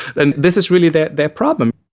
and this is really their their problem.